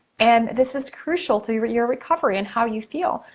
and this is crucial to your your recovery and how you feel.